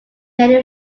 many